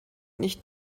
nicht